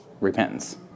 repentance